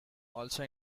also